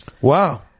Wow